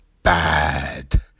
Bad